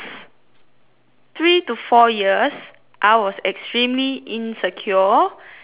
three to four years I was extremely insecure and